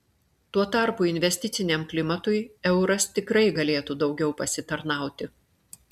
tuo tarpu investiciniam klimatui euras tikrai galėtų daugiau pasitarnauti